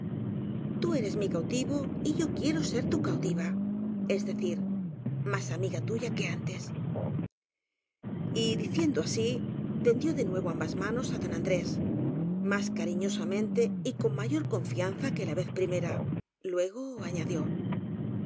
ú eres mi cautivo y yo quiero ser tu cautiva es decir más amiga tuya que antes y diciendo así tendió de nuevo ambas manos á don andrés más cariñosamente y con mayor con fianza que la vez primera luego añadió